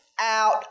out